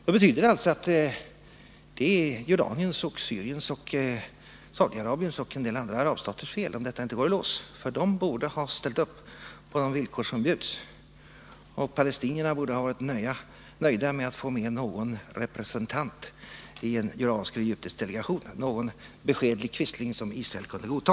Det betyder alltså att det skulle vara Jordaniens, Syriens och Saudarabiens och en del andra arabstaters fel, om dessa förhandlingar inte skulle gå i lås, eftersom dessa stater borde ha ställt upp på de villkor som bjöds. Palestinierna borde ha varit nöjda med att få med någon representant i en jordansk-egyptisk delegation — någon beskedlig quisling som Israel kunde godta.